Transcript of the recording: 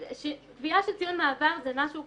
קביעה של ציון מעבר זה משהו,